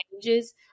changes